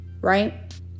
Right